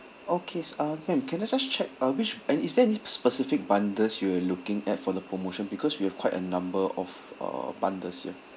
okay so uh ma'am can I just check uh which and is there any specific bundles you were looking at for the promotion because we have quite a number of uh bundles here